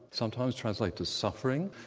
sometimes translated as suffering,